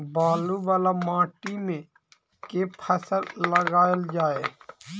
बालू वला माटि मे केँ फसल लगाएल जाए?